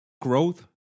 growth